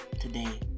today